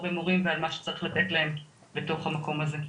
במורים ועל מה שצריך לתת להם בתוך המקום הזה.